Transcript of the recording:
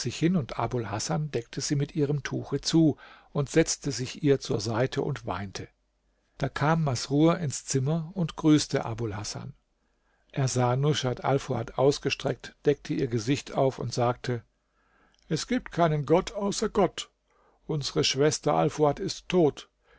hin und abul hasan deckte sie mit ihrem tuche zu und setzte sich ihr zur seite und weinte da kam masrur ins zimmer und grüßte abul hasan er sah rushat alfuad ausgestreckt deckte ihr gesicht auf und sagte es gibt keinen gott außer gott unsere schwester alfuad ist tot